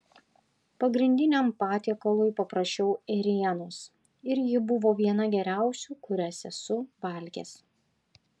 pagrindiniam patiekalui paprašiau ėrienos ir ji buvo viena geriausių kurias esu valgęs